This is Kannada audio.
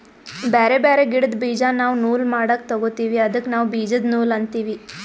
ಬ್ಯಾರೆ ಬ್ಯಾರೆ ಗಿಡ್ದ್ ಬೀಜಾ ನಾವ್ ನೂಲ್ ಮಾಡಕ್ ತೊಗೋತೀವಿ ಅದಕ್ಕ ನಾವ್ ಬೀಜದ ನೂಲ್ ಅಂತೀವಿ